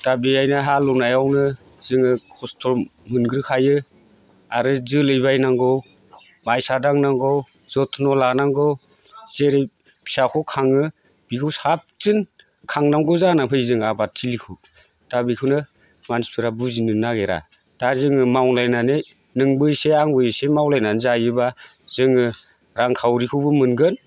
दा बेहायनो हालएवनायावनो जोङो खस्थ'मोनग्रोखायो आरो जोलै बायनांगौ मायसा दांनांगौ जथन' लानांगौ जेरै फिसाखौ खाङो बेखौ साबसिन खांनांगौ जाना फैयो जोंहा आबाद थिलिखौ दा बेखौनो मानसिफोरा बुजिनो नागिरा दा जोङो मावलायनानै नोंबो एसे आंबो एसे मावलायनानै जायोब्ला जोङो रांखावरिखौबो मोनगोन